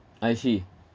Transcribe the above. I see